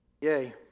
Yay